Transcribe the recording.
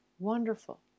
wonderful